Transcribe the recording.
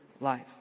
life